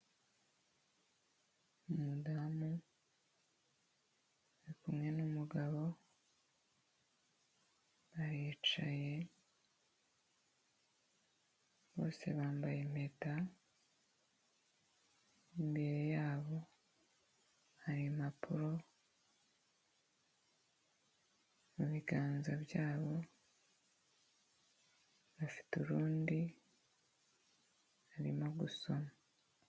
Umudamu ari kumwe n'umugabo, baricaye, bose bambaye impeta, imbere yabo hari impapuro, mu biganza byabo bafite urundi, barimo gusoma.